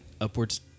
upwards